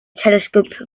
telescope